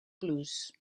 blues